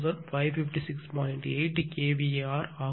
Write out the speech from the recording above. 8 kVAr ஆகும்